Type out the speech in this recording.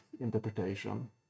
interpretation